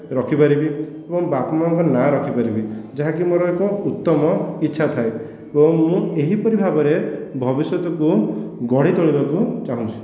ରଖିପାରିବି ଏବଂ ବାପାମାଆଙ୍କ ନାଁ ରଖିପାରିବି ଯାହାକି ମୋର ଏକ ଉତ୍ତମ ଇଚ୍ଛା ଥାଏ ଏବଂ ମୁଁ ଏହିପରି ଭାବରେ ଭବିଷ୍ୟତକୁ ଗଢ଼ି ତୋଳିବାକୁ ଚାହୁଁଛି